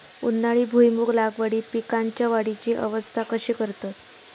उन्हाळी भुईमूग लागवडीत पीकांच्या वाढीची अवस्था कशी करतत?